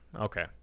Okay